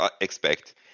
expect